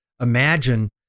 imagine